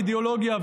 על האידיאולוגיה,